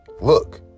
Look